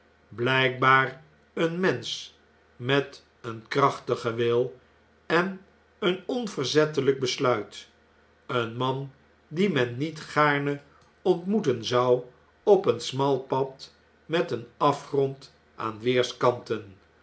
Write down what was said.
tevensonverbiddeljjk blpbaareen mensch met een krachtigen wil en een onverzettelrjk besluit een man dien men niet gaarne ontmoeten zou op een smal pad met een afgrond aan weerskanten